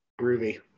Groovy